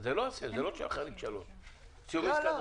אז זה לא חריג 3. לא, לא.